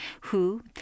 who